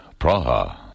Praha